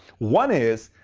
one is,